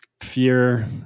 fear